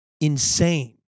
insane